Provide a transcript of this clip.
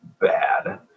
bad